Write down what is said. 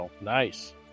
Nice